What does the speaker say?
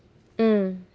mm